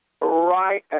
Right